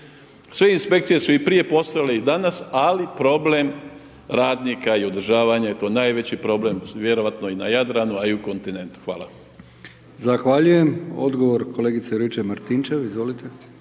Sve inspekcije su i prije postojale i danas, ali problem radnika i održavanja je eto najveći problem vjerojatno i na Jadranu, a i u kontinentu. **Brkić, Milijan (HDZ)** Zahvaljujem odgovor kolegice Juričev-Martinčev, izvolite.